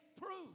prove